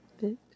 bit